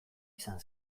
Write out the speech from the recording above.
izan